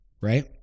right